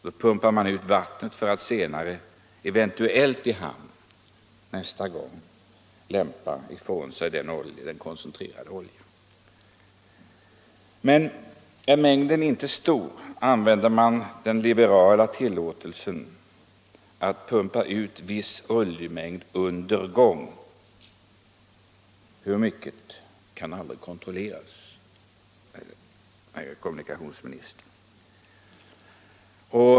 Då pumpar man ut vattnet för att senare, eventuellt när man kommer i hamn nästa gång, lämpa ifrån sig den koncentrerade oljan. Men om mängden inte är stor använder man den liberala tillåtelsen att pumpa ut viss oljemängd under gång. Hur mycket kan aldrig kontrolleras, herr kommunikationsminister.